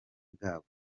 bwabo